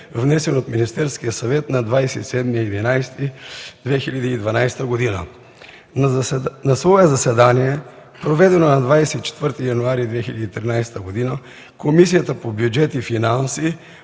внесен от Министерския съвет на 27 ноември 2012 г. На свое заседание, проведено на 24 януари 2013 г., Комисията по бюджет и финанси